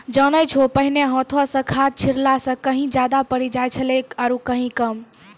जानै छौ पहिने हाथों स खाद छिड़ला स कहीं ज्यादा पड़ी जाय छेलै आरो कहीं कम